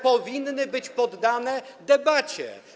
powinny być poddane debacie?